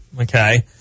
Okay